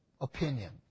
opinion